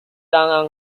down